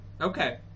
Okay